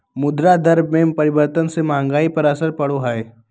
मुद्रा दर में परिवर्तन से महंगाई पर असर पड़ा हई